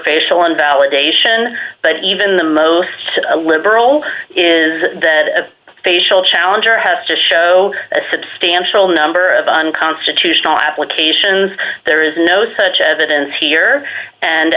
facial invalidation but even the most liberal is a facial challenge or has to show a substantial number of unconstitutional applications there is no such evidence here and